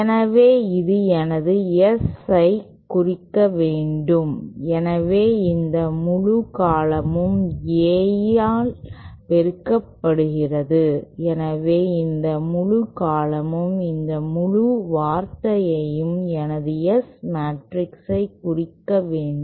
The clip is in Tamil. எனவே இது எனது S ஐ குறிக்க வேண்டும் எனவே இந்த முழு காலமும் A ஆல் பெருக்கப்படுகிறது எனவே இந்த முழு காலமும் இந்த முழு வார்த்தையும் எனது S மேட்ரிக்ஸைக் குறிக்க வேண்டும்